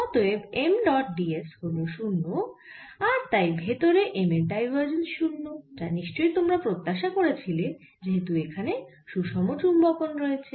অতএব M dot d s হল 0 আর তাই ভেতরে M এর ডাইভারজেন্স 0 যা নিশ্চই তোমরা প্রত্যাশা করেছিলে যেহেতু এখানে সুষম চুম্বকন রয়েছে